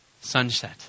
sunset